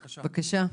בבקשה.